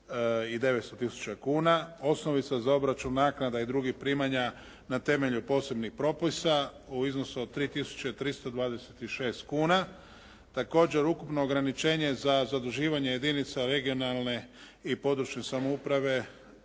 i 900 tisuća kuna. Osnovica za obračun naknada i drugih primanja na temelju posebnih propisa u iznosu od 3 326 kuna. Također, ukupno ograničenje za zaduživanje jedinica regionalne i područne samouprave